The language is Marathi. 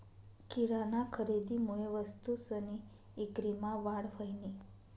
किराना खरेदीमुये वस्तूसनी ईक्रीमा वाढ व्हयनी